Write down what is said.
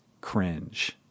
cringe